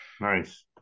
nice